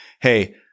hey